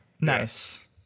Nice